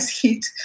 heat